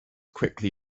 quickly